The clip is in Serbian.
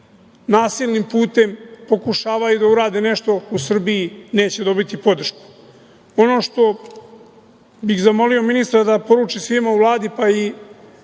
nasilnim putem pokušavaju da urade nešto u Srbiji neće dobiti podršku. Ono što bih zamolio ministra da poruči svima u Vladi, pa i